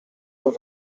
were